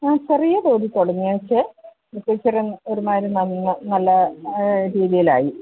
ഞാൻ ചെറിയ തോതിലാണ് തുടങ്ങി വെച്ചത് ഇപ്പോള് ഇത്തിരി ഒരുമാതിരി നല്ല നല്ല രീതിയിലായി